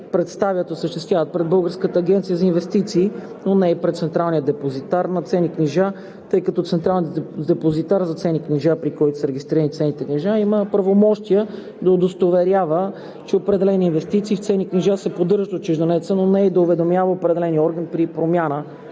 представят, осъществяват пред Българската агенция за инвестиции, но не и пред Централния депозитар на ценни книжа, тъй като Централният депозитар на ценни книжа, при който са регистрирани ценните книжа, има правомощия да удостоверява, че определени инвестиции в ценни книжа се поддържат от чужденеца, но не и да уведомява определения орган при промяна